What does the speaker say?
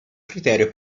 criterio